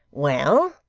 well,